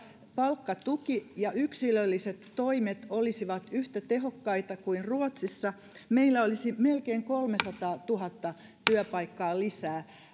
palkkatuki ja yksilölliset toimet olisivat yhtä tehokkaita kuin ruotsissa meillä olisi melkein kolmesataatuhatta työpaikkaa lisää